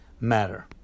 matter